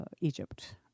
Egypt